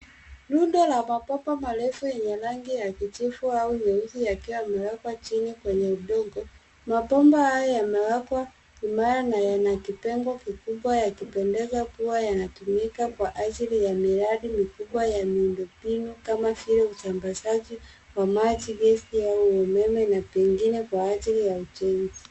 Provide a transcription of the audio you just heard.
Rundo la mabomba marefu yenye rangi kijivu au nyeusi yakiwa yamewekwa chini kwenye udongo. Mabomba haya yamewekwa imara na yana kipengo kikubwa yakipendeza kuwa yanatumika kwa ajili ya miradi mikubwa ya miundombinu kama vile usambazaji wa maji, gesi au umeme na pengine kwa ajili ya ujenzi.